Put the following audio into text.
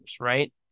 right